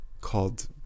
Called